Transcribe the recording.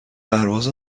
پرواز